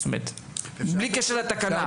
זאת אומרת, בלי קשר לתקנה.